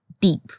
Deep